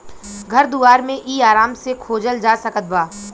घर दुआर मे इ आराम से खोजल जा सकत बा